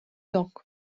yok